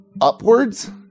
upwards